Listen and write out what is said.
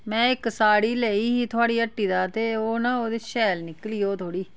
में इक साड़ी लेई ही थुआढ़ी हट्टी दा ते ओह् ना ओह्दे शैल निकली ओह् थोह्ड़ी